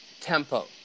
tempo